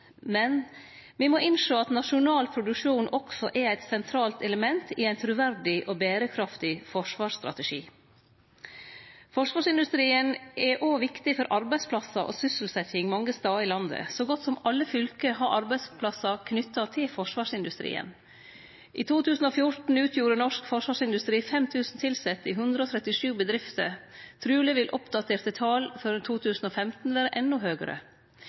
Men me må innsjå at nasjonal produksjon også er eit sentralt element i ein truverdig og berekraftig forsvarsstrategi. Forsvarsindustrien er også viktig for arbeidsplassar og sysselsetjing mange stader i landet. Så godt som alle fylke har arbeidsplassar knytte til forsvarsindustrien. I 2014 utgjorde norsk forsvarsindustri 5 000 tilsette i 137 bedrifter. Truleg vil oppdaterte tal for 2015 vere endå høgare.